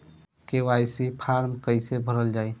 KYC form कइसे भरल जाइ?